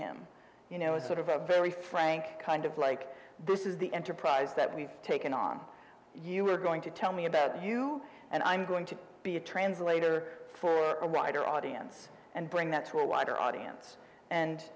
him you know it's sort of a very frank kind of like this is the enterprise that we've taken on you are going to tell me about you and i'm going to be a translator for a writer audience and bring that to a wider audience and